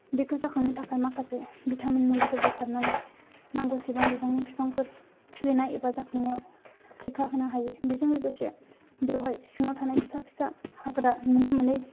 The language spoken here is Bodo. बेखौ जाखांनो थाखाय माखासे भिटामिन मुलिफोरबो सारनानै नांगौ सेबां बिबांनि बिफांफोर खिलिनाय एबा जाखांनायाव रैखा होनो हायो बेजों लोगोसे बेवहाय सिङाव थानाय फिसा फिसा हाग्रा नुनो मोनै